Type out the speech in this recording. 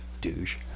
Douche